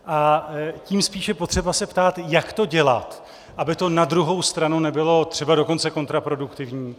A tím spíš je potřeba se ptát, jak to dělat, aby to na druhou stranu nebylo třeba dokonce kontraproduktivní.